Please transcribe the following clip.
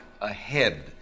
ahead